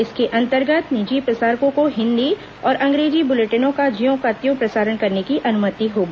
इसके अंतर्गत निजी प्रसारकों को हिन्दी और अंग्रेजी बुलेटिनों का ज्यों का त्यों प्रसारण करने की अनुमति होगी